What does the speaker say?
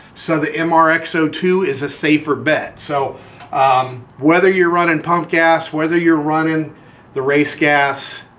so the m r x o two is a safer bet. so um whether you're running pump gas, whether you're running the race gas,